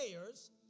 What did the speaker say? players